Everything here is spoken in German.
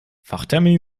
fachtermini